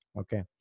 Okay